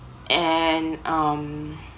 and um